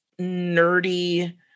nerdy